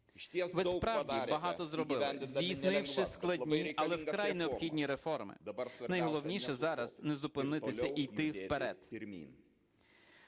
Ви справді багато зробили, здійснивши складні, але вкрай необхідні реформи. Найголовніше зараз - не зупинитися і йти вперед.